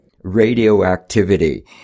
Radioactivity